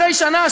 אחרי שנה,